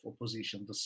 opposition